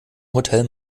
hotel